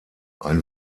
ein